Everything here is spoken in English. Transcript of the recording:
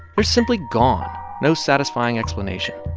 they're simply gone no satisfying explanation.